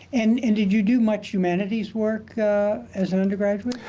and and did you do much humanities work as an undergraduate?